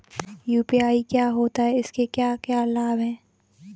UPI क्या होता है इसके क्या क्या लाभ हैं?